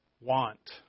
want